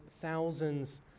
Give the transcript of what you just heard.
thousands